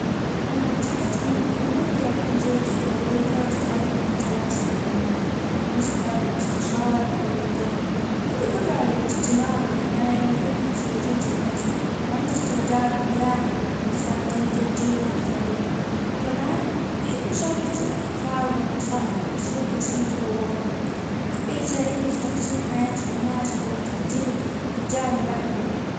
انا اعتقد اني ممكن اكون جيد في وظيفة تتعلج بالتواصل مع الناس. مثال مستشار او المدرب. عندي قدرة على الاستماع بعناية وفهم احتياجات الناس. وعندي استعداد دائم للمساعدة وتوجيه الاخرين. كمان احب مشاركة الافكار والنصائح باسلوب بسيط وواضح وهذا يساعدني في تحسين حياة الناس او تقديم الدعم لهم.